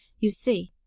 you see,